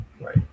Right